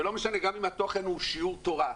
ולא משנה גם אם התוכן הוא שיעור תורה.